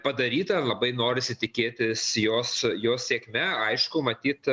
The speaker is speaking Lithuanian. padaryta labai norisi tikėtis jos jos sėkme aišku matyt